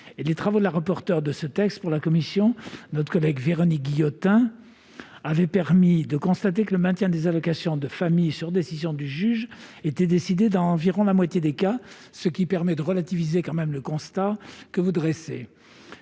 Les travaux de la rapporteure de ce texte pour la commission des affaires sociales, notre collègue Véronique Guillotin, avaient permis de constater que le maintien des allocations à la famille, sur décision du juge, était décidé dans environ la moitié des cas, ce qui permet de relativiser le constat que vous dressez.